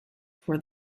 for